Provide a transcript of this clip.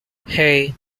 hey